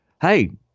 Hey